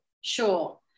Sure